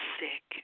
sick